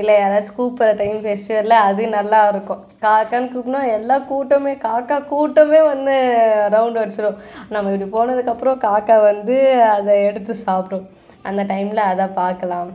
இல்லை யாராச்சும் கூப்பிட்ற டைம் ஃபெஸ்டிவலில் அது நல்லாயிருக்கும் காக்கான்னு கூப்பிட்டோன்னா எல்லா கூட்டமுமே காக்கா கூட்டமே வந்து ரவுண்டு அடிச்சுரும் நம்ம இப்படி போனதுக்கப்புறம் காக்கா வந்து அதை எடுத்து சாப்பிடும் அந்த டைமில் அதை பார்க்கலாம்